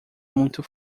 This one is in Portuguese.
muito